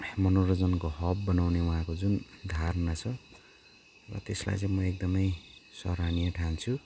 मनोरञ्जनको हब बनाउने उहाँको जुन धारणा छ र त्यसलाई चाहिँ म एकदमै सराहनीय ठान्छु